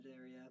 area